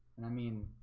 and i mean,